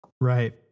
Right